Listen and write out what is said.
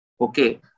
Okay